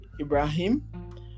Ibrahim